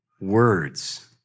words